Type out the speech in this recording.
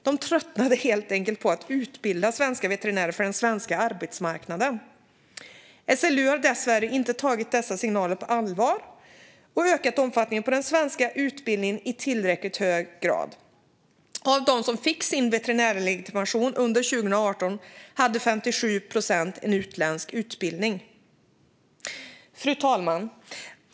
De tröttnade helt enkelt på att utbilda svenska veterinärer för den svenska arbetsmarknaden. SLU har dessvärre inte tagit dessa signaler på allvar och ökat omfattningen på den svenska utbildningen i tillräckligt hög grad. Av dem som fick sin veterinärlegitimation under 2018 hade 57 procent en utländsk utbildning. Fru talman!